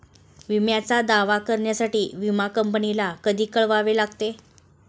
विम्याचा दावा करण्यासाठी विमा कंपनीला कधी कळवावे लागते?